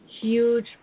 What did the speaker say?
huge